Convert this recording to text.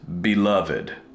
beloved